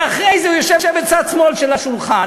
ואחרי זה הוא יושב מצד שמאל של השולחן,